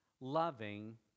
loving